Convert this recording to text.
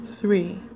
three